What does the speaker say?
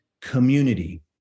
community